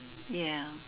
ya